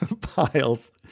Piles